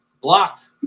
blocked